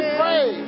pray